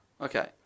Okay